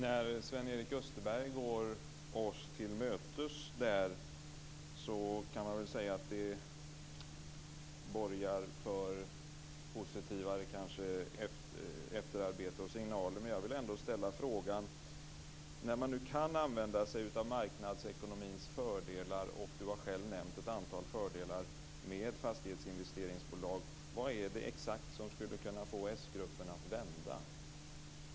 Fru talman! Sven-Erik Österberg går oss till mötes. Det borgar för positivt efterarbete. Men jag vill ändå fråga följande. Sven-Erik Österberg har själv nämnt fördelar med fastighetsinvesteringsbolag. När det nu går att använda sig av marknadsekonomins fördelar, vad är det exakt som skulle få s-gruppen av vända?